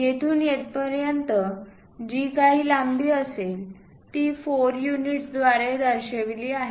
येथून येथपर्यंत जी काही लांबी असेल ती 4 युनिट्स द्वारे दर्शविली आहे